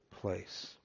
place